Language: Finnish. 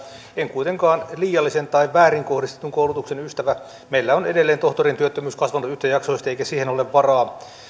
en kuitenkaan liiallisen tai väärin kohdistetun koulutuksen ystävä meillä on edelleen tohtorien työttömyys kasvanut yhtäjaksoisesti eikä siihen ole varaa